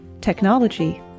Technology